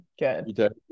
Good